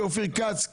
כאופיר כץ,